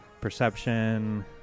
Perception